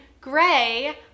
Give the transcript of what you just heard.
gray